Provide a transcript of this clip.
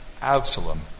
Absalom